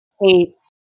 hates